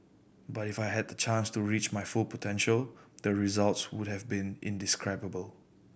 but if I had the chance to reach my full potential the results would have been indescribable